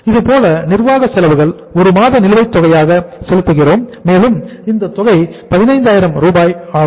இதேபோல் நிர்வாக செலவுகள் ஒரு மாத நிலுவை தொகையாக செலுத்துகிறோம் மேலும் இந்த தொகை 15000 ரூபாய் ஆகும்